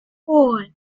four